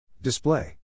Display